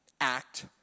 act